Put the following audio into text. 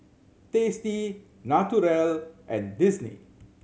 Tasty Naturel and Disney